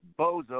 Bozo